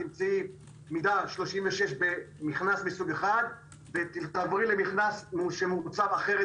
את תמצאי מידה 36 במכנס מסוג אחד ואם תעברי למכנס שמעוצב אחרת